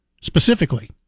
specifically